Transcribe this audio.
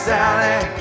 Sally